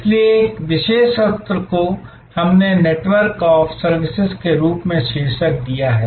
इसलिए इस विशेष सत्र को हमने नेटवर्क ऑफ सर्विसेज के रूप में शीर्षक दिया है